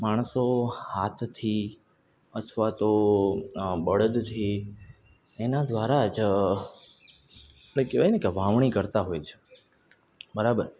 માણસો હાથથી અથવા તો બળદથી એના દ્વારા જ આપણે કહેવાય ને કે વાવણી કરતા હોય છે બરાબર